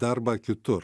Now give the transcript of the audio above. darbą kitur